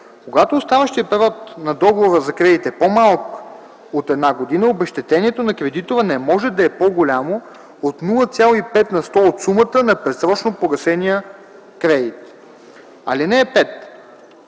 Когато оставащият период на договора за кредит е по-малък от една година, обезщетението на кредитора не може да е по-голямо от 0,5 на сто от сумата на предсрочно погасения кредит. (5)